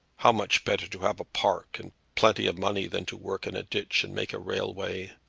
how much better to have a park and plenty of money than to work in a ditch and make a railway!